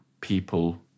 people